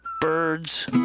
Birds